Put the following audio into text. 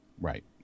right